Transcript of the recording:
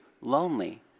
lonely